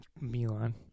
Milan